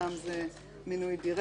יש להיות ערים לשיקול של השינוי,